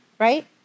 Right